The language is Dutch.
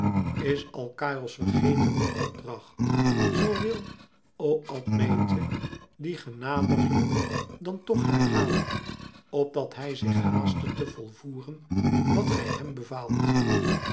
is alkaïos vergeten den opdracht zoo wil o admete dien genadiglijk dan toch herhalen opdat hij zich haastte te volvoeren wat gij hem bevaalt